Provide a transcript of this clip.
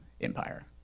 empire